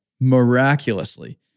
miraculously